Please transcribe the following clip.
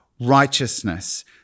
righteousness